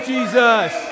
Jesus